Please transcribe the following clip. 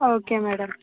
okay madam